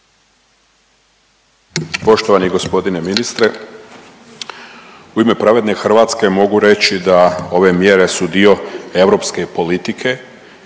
Poštovani g. ministre, u ime Pravedne Hrvatske mogu reći da ove mjere su dio europske politike